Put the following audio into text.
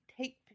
take